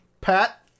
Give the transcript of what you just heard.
Pat